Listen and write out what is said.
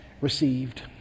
received